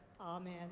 Amen